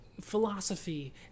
philosophy